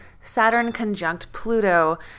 Saturn-conjunct-Pluto